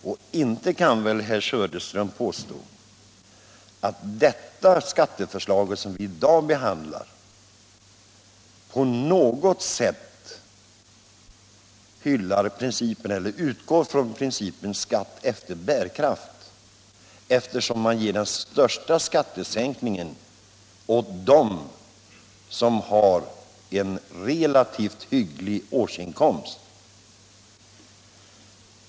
Och inte kan väl herr Söderström påstå att det skatteförslag som vi i dag behandlar på något sätt utgår från principen skatt efter bärkraft — eftersom man ger den största skattesänkningen åt dem som har relativt hyggliga årsinkomster.